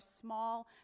small